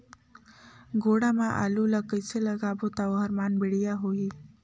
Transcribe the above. गोडा मा आलू ला कइसे लगाबो ता ओहार मान बेडिया होही?